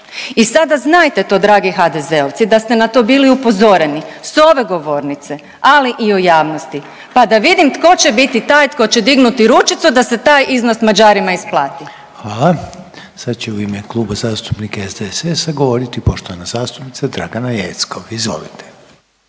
i sada znajte to dragi HDZ-ovci da ste na to bili upozoreni s ove govornice, ali i u javnosti, pa da vidim tko će biti taj tko će dignuti ručicu da se taj iznos Mađarima isplati. **Reiner, Željko (HDZ)** Hvala. Sad će u ime Kluba zastupnika SDSS-a govoriti poštovana zastupnica Dragana Jeckov. Izvolite.